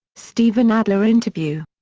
steven adler interview.